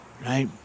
Right